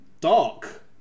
Dark